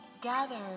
gather